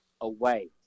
away